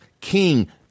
King